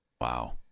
Wow